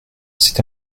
cet